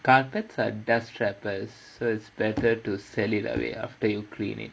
carpets are dusk trappers so it's better to sell it away after you clean it